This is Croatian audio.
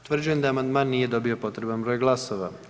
Utvrđujem da amandman nije dobio potreban broj glasova.